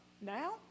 Now